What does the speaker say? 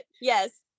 yes